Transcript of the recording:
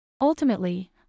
Ultimately